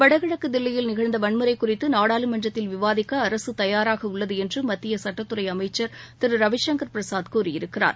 வடகிழக்கு தில்லியில் நிகழ்ந்த வன்முறை குறித்து நாடாளுமன்றத்தில் விவாதிக்க அரசு தயாராக உள்ளது என்று மத்திய சட்டத்துறை அமைச்சர் திரு ரவிசங்கர் பிரசாத் கூறியிருக்கிறார்